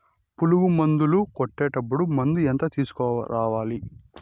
పులుగు మందులు కొట్టేటప్పుడు మందు ఎంత తీసుకురావాలి?